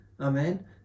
Amen